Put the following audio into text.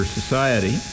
society